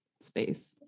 space